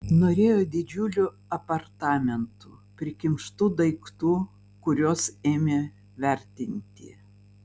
norėjo didžiulių apartamentų prikimštų daiktų kuriuos ėmė vertinti